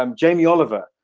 um jamie oliver